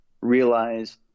realize